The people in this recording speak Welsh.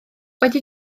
wedi